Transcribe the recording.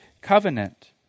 covenant